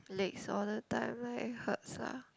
legs all the time like it hurts lah